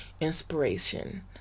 inspiration